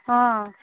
অঁ